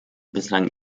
bislang